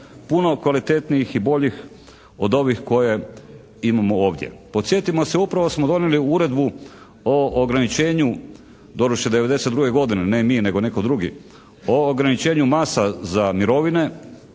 puno kvalitetnijih i boljih od ovih koje imamo ovdje. Podsjetimo se, upravo smo donijeli uredbu o ograničenju, doduše '92. godine ne mi nego netko drugi o ograničenju masa za mirovine,